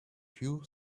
few